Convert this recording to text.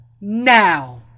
now